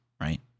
right